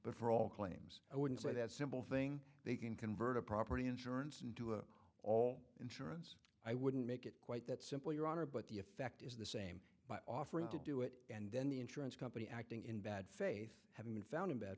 but for all claims i wouldn't say that simple thing they can convert a property insurance into an all insurance i wouldn't make it quite that simple your honor but the effect is the same by offering to do it and then the insurance company acting in bad faith having been found in bad